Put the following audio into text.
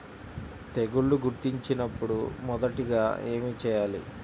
తెగుళ్లు గుర్తించినపుడు మొదటిగా ఏమి చేయాలి?